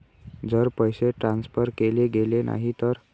जर पैसे ट्रान्सफर केले गेले नाही तर?